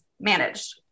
managed